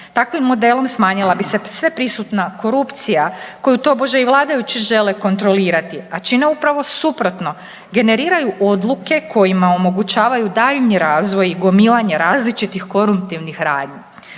Takvim modelom smanjila bi se sveprisutna korupcija koju tobože i vladajući žele kontrolirati, a čine upravo suprotno. Generiraju odluke kojima omogućavaju daljnji razvoj i gomilanje različitih koruptivnih radnji.